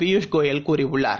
பியூஷ் கோயல் கூறியுள்ளார்